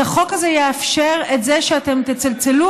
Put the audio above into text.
אז החוק הזה יאפשר את זה שאתם תצלצלו,